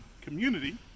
community